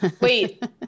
wait